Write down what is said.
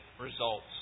results